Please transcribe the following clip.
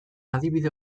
adibide